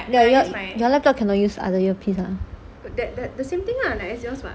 your your laptop cannot use other earpiece ah